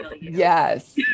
yes